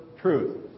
truth